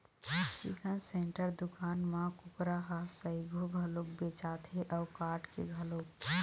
chicken centre दुकान म कुकरा ह सइघो घलोक बेचाथे अउ काट के घलोक